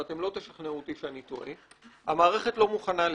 ואתם לא תשכנעו אותי שאני טועה: המערכת לא מוכנה לזה,